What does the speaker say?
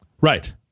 Right